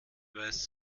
weiß